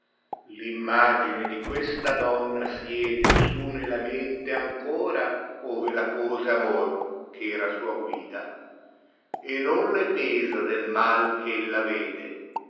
immagine di questa donofl siede sa nella mente ancora ove la pose amor ch'era sna gaida non le pesa del mal ch'ella vede